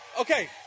Okay